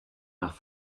nach